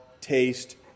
taste